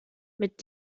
mit